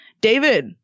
David